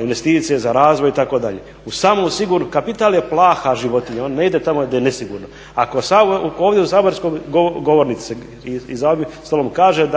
investicije, za razvoj itd. U samom … kapital je plaha životinja, on ne ide tamo gdje je nesigurno. Ako ovdje u saborskoj govornici i za ovim stolom kaže